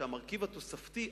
שהמרכיב התוספתי,